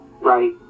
Right